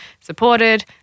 supported